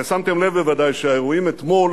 הרי שמתם לב בוודאי שהאירועים אתמול